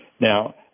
Now